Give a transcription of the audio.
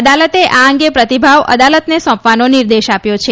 અદાલતે આ અંગે પ્રતિભાવ અદાલતને સોંપવાનો નિર્દેશ આવ્યો છે